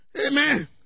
Amen